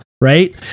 right